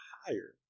higher